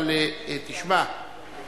אבל תשמע,